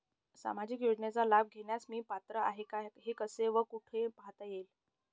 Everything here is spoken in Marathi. सामाजिक योजनेचा लाभ घेण्यास मी पात्र आहे का हे कसे व कुठे पाहता येईल?